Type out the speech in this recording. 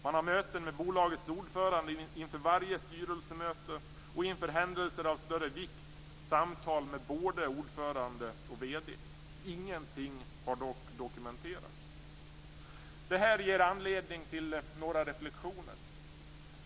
Man har möten med bolagets ordförande inför varje styrelsemöte och inför händelser av större vikt, samtal med både ordförande och VD. Ingenting har dock dokumenterats. Detta ger anledning till några reflexioner.